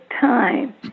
time